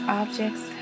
objects